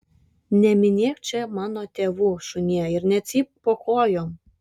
neminėk čia mano tėvų šunie ir necypk po kojom